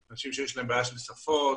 אנשים שיש להם בעיה של שפות